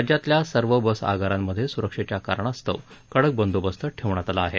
राज्यातल्या सर्व बस आगारांमध्ये सुरक्षेच्या कारणास्तव कडक बंदोबस्त ठेवण्यात आला आहे